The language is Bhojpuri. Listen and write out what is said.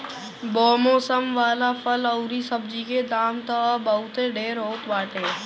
बेमौसम वाला फल अउरी सब्जी के दाम तअ बहुते ढेर होत बाटे